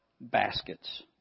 baskets